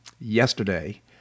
yesterday